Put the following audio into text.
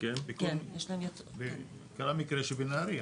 קרה מקרה בנהריה,